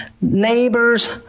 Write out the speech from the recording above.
Neighbors